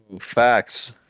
Facts